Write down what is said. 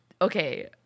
Okay